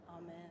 Amen